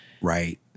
right